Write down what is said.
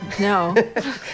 no